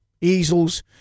easels